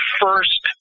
first